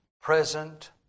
present